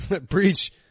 Breach